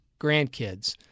grandkids